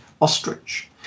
ostrich